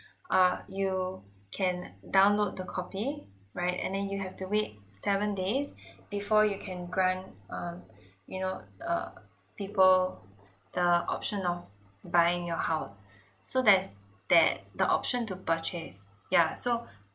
uh you can download the copy right and then you have to wait seven days before you can grant um you know err people the option of buying your house so there's that the option to purchase yeah so